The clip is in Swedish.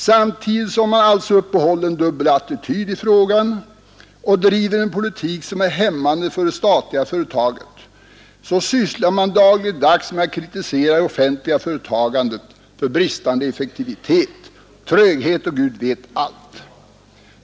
Samtidigt som man alltså uppehåller en dubbelattityd i frågan och driver en politik som är hämmande för det statliga företagandet, sysslar man dagligdags med att kritisera det offentliga företagandet för bristande effektivitet, tröghet och Gud vet allt.